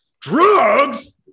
drugs